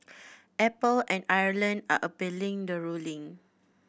Apple and Ireland are appealing the ruling